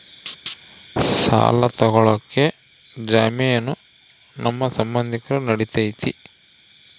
ಸಾಲ ತೊಗೋಳಕ್ಕೆ ಜಾಮೇನು ನಮ್ಮ ಸಂಬಂಧಿಕರು ನಡಿತೈತಿ?